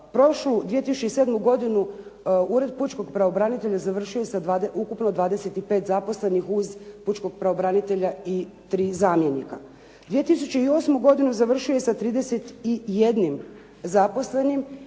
prošlu 2007. godinu Ured Pučkog pravobranitelja završio je sa ukupno 25 zaposlenih uz Pučkog pravobranitelja i 3 zamjenika. 2008. godini završio je sa 31 zaposlenim